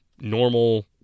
normal